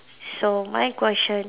so my question